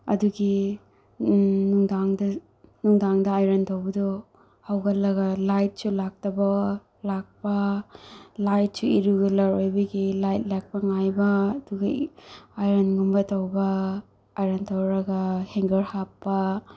ꯑꯗꯨꯒꯤ ꯎꯝ ꯅꯨꯡꯗꯥꯡꯗ ꯅꯨꯡꯗꯥꯡꯗ ꯑꯥꯏꯔꯟ ꯇꯧꯕꯗꯣ ꯍꯧꯒꯠꯂꯒ ꯂꯥꯏꯠꯁꯨ ꯂꯥꯛꯇꯕ ꯂꯥꯛꯄ ꯂꯥꯏꯠꯁꯨ ꯏꯔꯤꯒꯨꯂꯔ ꯑꯣꯏꯕꯒꯤ ꯂꯥꯏꯠ ꯂꯥꯛꯄ ꯉꯥꯏꯕ ꯑꯗꯨꯒ ꯑꯥꯏꯔꯟꯒꯨꯝꯕ ꯇꯧꯕ ꯑꯥꯏꯔꯟ ꯇꯧꯔꯒ ꯍꯦꯡꯒꯔ ꯍꯥꯞꯄ